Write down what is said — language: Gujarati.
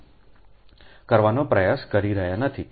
પ્ટિમાઇઝ કરવાનો પ્રયાસ કરી રહ્યાં નથી